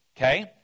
okay